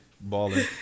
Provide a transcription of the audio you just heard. Balling